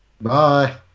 Bye